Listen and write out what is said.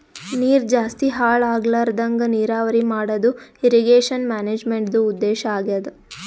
ನೀರ್ ಜಾಸ್ತಿ ಹಾಳ್ ಆಗ್ಲರದಂಗ್ ನೀರಾವರಿ ಮಾಡದು ಇರ್ರೀಗೇಷನ್ ಮ್ಯಾನೇಜ್ಮೆಂಟ್ದು ಉದ್ದೇಶ್ ಆಗ್ಯಾದ